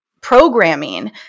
programming